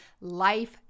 life